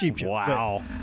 wow